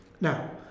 now